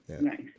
Nice